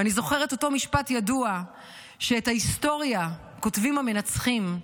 אני זוכרת את אותו משפט ידוע שאת ההיסטוריה כותבים המנצחים,